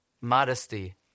Modesty